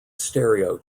stereo